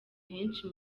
henshi